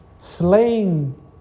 slaying